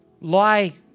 lie